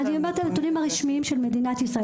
אני אומרת את הנתונים הרשמיים של מדינת ישראל.